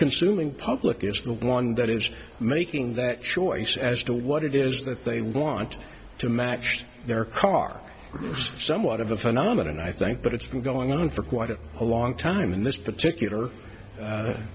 consuming public is the one that is making that choice as to what it is that they want to match their car with it's somewhat of a phenomenon i think that it's been going on for quite a long time in this particular